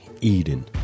Eden